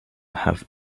have